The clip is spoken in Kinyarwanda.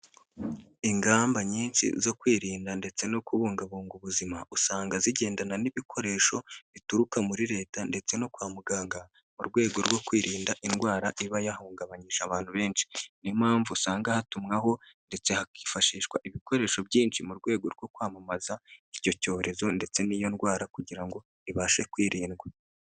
Ingamba nyinshi zo kwirinda ndetse no kubungabunga ubuzima usanga zigendana n'ibikoresho bituruka muri Leta ndetse no kwa muganga, mu rwego rwo kwirinda indwara iba yahungabanyije abantu benshi. Niyo mpamvu usanga hatumwaho ndetse hakifashishwa ibikoresho byinshi, mu rwego rwo kwamamaza icyo cyorezo ndetse n'iyo ndwara kugira ngo ibashe kwirindwa.